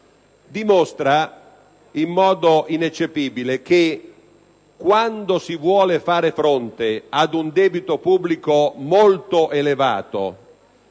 dimostra in modo ineccepibile che, quando si vuol fare fronte ad un debito pubblico molto elevato